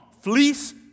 Fleece